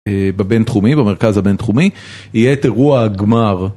במרכז הבינתחומי יהיה את אירוע הגמר.